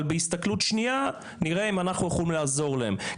אבל בהסתכלות שניה נראה אם אנחנו יכולים לעזור להם?